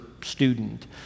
student